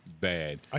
bad